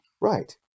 Right